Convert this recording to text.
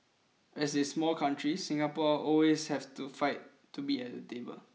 as a small country Singapore always has to fight to be at the table